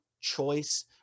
choice